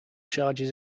charges